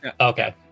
Okay